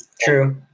True